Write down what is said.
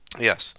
Yes